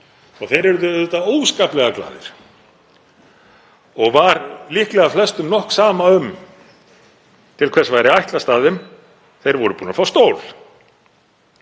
Þeir urðu auðvitað óskaplega glaðir og var líklega flestum nokk sama um til hvers væri ætlast af þeim. Þeir voru búnir að fá stól.